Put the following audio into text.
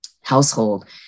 household